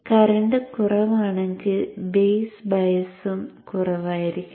current കുറവാണെങ്കിൽ base ബയസ്സും കുറവായിരിക്കും